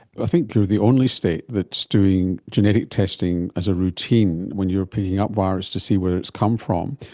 i think you're the only state that is doing genetic testing as a routine when you are picking up virus, to see where it has come from.